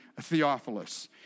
Theophilus